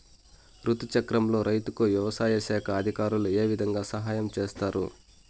రుతు చక్రంలో రైతుకు వ్యవసాయ శాఖ అధికారులు ఏ విధంగా సహాయం చేస్తారు?